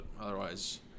otherwise